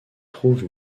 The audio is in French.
trouve